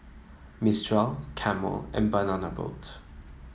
Mistral Camel and Banana Boat